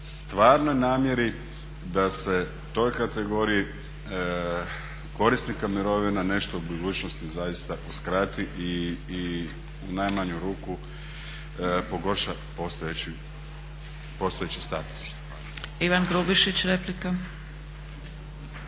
stvarnoj namjeri da se toj kategoriji korisnika mirovina nešto u budućnosti zaista uskrati i u najmanju ruku pogorša postojeći status. Hvala.